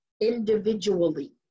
individually